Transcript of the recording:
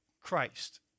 Christ